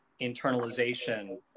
internalization